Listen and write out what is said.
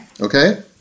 Okay